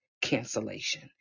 cancellation